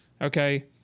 okay